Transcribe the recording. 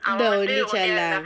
the only child lah